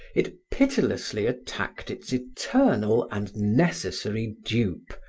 it pitilessly attacked its eternal and necessary dupe,